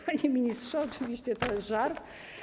Panie ministrze, oczywiście, to jest żart.